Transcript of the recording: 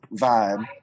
vibe